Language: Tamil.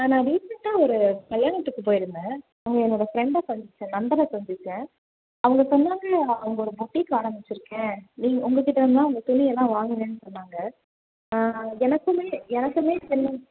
நான் ரீசண்டாக ஒரு கல்யாணத்துக்கு போயிருந்தேன் அங்கே என்னோடய ஃப்ரெண்டை சந்தித்தேன் நண்பரை சந்தித்தேன் அவங்க சொன்னாங்க அவங்க ஒரு பொட்டிக் ஆரம்பிச்சுருக்கேன் நீங்கள் உங்கள் கிட்டேயிருந்து தான் அவங்க துணியெல்லாம் வாங்கினேன்னு சொன்னாங்க எனக்குமே எனக்குமே இப்போ என்ன